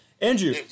Andrew